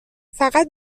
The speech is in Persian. فقط